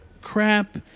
crap